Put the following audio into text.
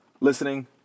listening